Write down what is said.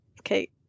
Okay